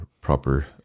proper